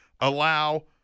allow